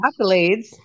accolades